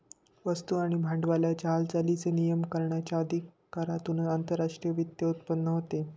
वस्तू आणि भांडवलाच्या हालचालींचे नियमन करण्याच्या अधिकारातून आंतरराष्ट्रीय वित्त उत्पन्न होते